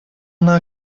она